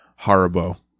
Haribo